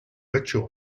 ritual